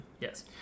Yes